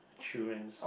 children